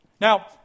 Now